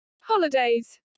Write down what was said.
Holidays